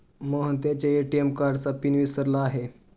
मोहन त्याच्या ए.टी.एम कार्डचा पिन विसरला आहे